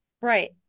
Right